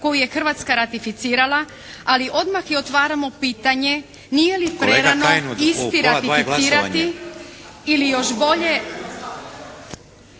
koju je Hrvatska ratificirala, ali odmah i otvaramo pitanje nije li prerano isti ratificirati ili još bolje